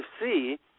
see